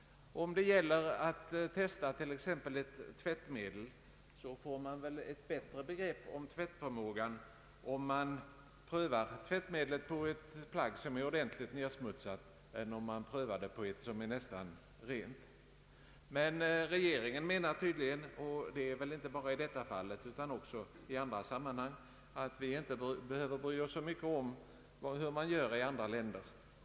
Om det gäller att testa t.ex. ett tvättmedel får man väl ett bättre begrepp om tvättförmågan om man prövar tvättmedlet på ett plagg som är ordentligt nedsmutsat än om man prövar det på ett plagg som är nästan rent. Regeringen menar tydligen — det gäller väl inte bara i detta fall utan även i andra sammanhang — att vi inte behöver bry oss så mycket om hur man gör i andra länder.